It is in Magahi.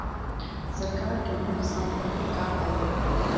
सरकार के मुख्य संपत्ति का हइ?